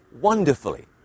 wonderfully